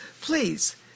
please